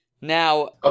Now